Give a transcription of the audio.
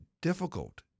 difficult